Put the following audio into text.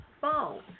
phone